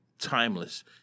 timeless